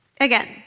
Again